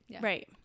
right